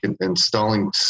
installing